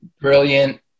brilliant